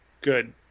good